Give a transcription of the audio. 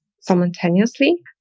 simultaneously